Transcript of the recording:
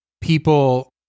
people